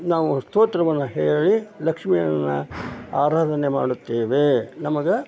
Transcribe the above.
ನಾವು ಸ್ತೋತ್ರವನ್ನು ಹೇಳಿ ಲಕ್ಷ್ಮಿಯನ್ನು ಆರಾಧನೆ ಮಾಡುತ್ತೇವೆ ನಮಗೆ